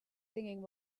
singing